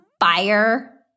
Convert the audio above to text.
fire